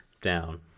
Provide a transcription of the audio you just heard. down